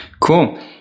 Cool